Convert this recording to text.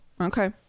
okay